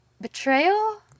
Betrayal